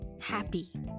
happy